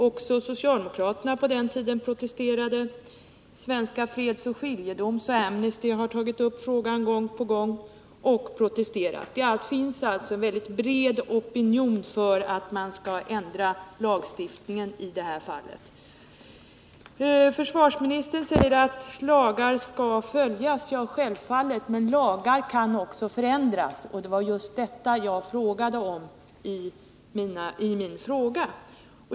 Också socialdemokraterna protesterade, liksom Svenska fredsoch skiljedomsföreningen och Amnesty International. De har tagit upp frågan gång på gång och protesterat. Det finns alltså en bred opinion för att man skall förändra lagstiftningen i det här fallet. Försvarsministern säger att lagar skall följas. Självfallet — men lagar kan också förändras, och det var just detta jag frågade om.